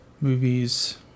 movies